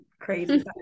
crazy